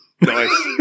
Nice